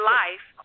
life